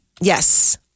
Yes